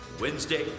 Wednesday